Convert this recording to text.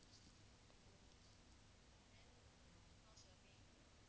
then how's your day